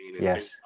Yes